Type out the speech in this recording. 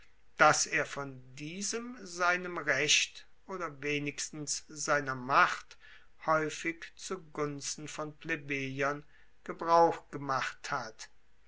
dass er von diesem seinem recht oder wenigstens seiner macht haeufig zu gunsten von plebejern gebrauch gemacht hat